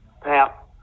PAP